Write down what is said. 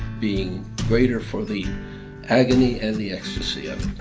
being greater for the agony and the ecstasy of